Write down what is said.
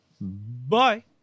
Bye